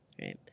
Right